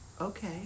okay